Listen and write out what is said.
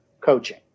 coaching